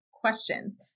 questions